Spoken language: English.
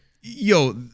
yo